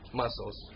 muscles